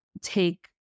take